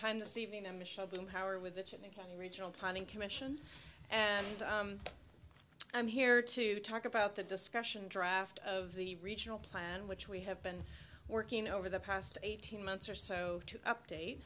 time this evening and michelle boomhauer with the cheney regional planning commission and i'm here to talk about the discussion draft of the regional plan which we have been working over the past eighteen months or so to update